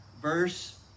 Verse